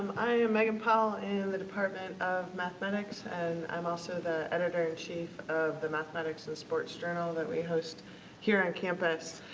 i am megan powell in the department of mathematics and i'm also the editor-in-chief of the mathematics and sports journal that we host here on campus.